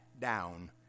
down